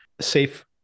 safe